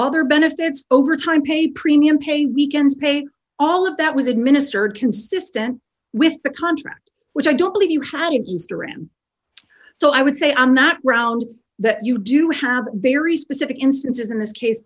other benefits overtime pay premium pay weekends paid all of that was administered consistent with the contract which i don't believe you had used around so i would say i'm not round that you do have very specific instances in this case